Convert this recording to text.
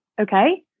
Okay